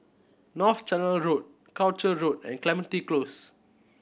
North Canal Road Croucher Road and Clementi Close